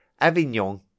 Avignon